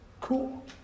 Cool